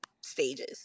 stages